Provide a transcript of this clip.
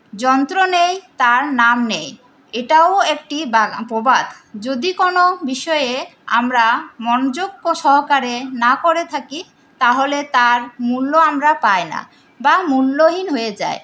যন্ত্র নেই তার নাম নেই এটাও একটি প্রবাদ যদি কোন বিষয়ে আমরা মনোযোগ সহকারে না করে থাকি তাহলে তার মূল্য আমরা পাইনা বা মূল্যহীন হয়ে যায়